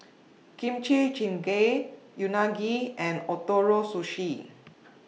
Kimchi Jjigae Unagi and Ootoro Sushi